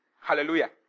Hallelujah